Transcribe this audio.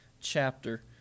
chapter